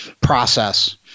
process